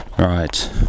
Right